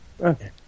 Okay